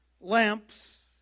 lamps